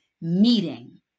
meeting